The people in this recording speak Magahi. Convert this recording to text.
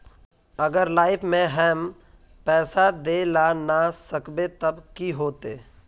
अगर लाइफ में हैम पैसा दे ला ना सकबे तब की होते?